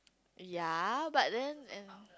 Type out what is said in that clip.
ya but then and